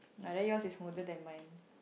ah then yours is smoother than mine